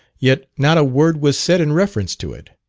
yet not a word was said in reference to it.